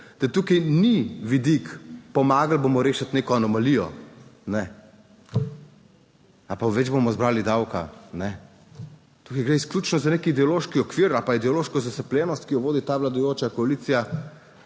da tukaj ni vidik, pomagali bomo rešiti neko anomalijo, ne ali pa več bomo zbrali davka, tukaj gre izključno za nek ideološki okvir ali pa ideološko zaslepljenost, ki jo vodi ta vladajoča koalicija